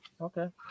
Okay